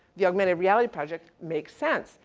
the augmented reality project makes sense.